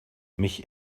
mich